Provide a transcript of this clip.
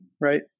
right